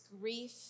grief